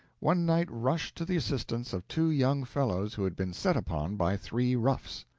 one night rushed to the assistance of two young fellows who had been set upon by three roughs.